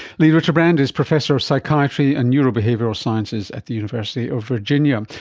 lee ritterbrand is professor of psychiatry and neurobehavioural sciences at the university of virginia.